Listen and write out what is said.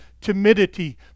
timidity